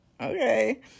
Okay